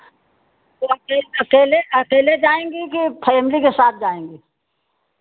तो अकेल अकेले अकेले जाएँगी कि फ़ैमिली के साथ जाएँगी